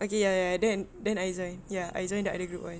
okay ya ya then then I joined ya I joined the other group [one]